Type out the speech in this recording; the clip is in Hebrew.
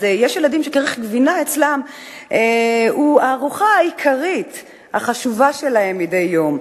יש ילדים שכריך גבינה אצלם הוא הארוחה העיקרית החשובה שלהם מדי יום.